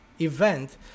event